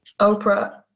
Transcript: Oprah